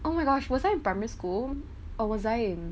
oh my gosh was I in primary school or was I in